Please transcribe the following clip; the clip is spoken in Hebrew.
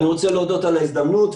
אני רוצה להודות על ההזדמנות,